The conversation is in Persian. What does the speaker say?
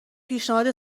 پیشنهاد